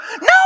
No